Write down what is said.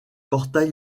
portail